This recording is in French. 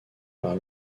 par